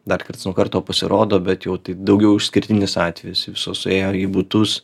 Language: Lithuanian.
dar karts nuo karto pasirodo bet jau tai daugiau išskirtinis atvejis visos suėjo į butus